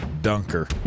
dunker